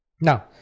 Now